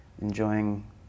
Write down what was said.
enjoying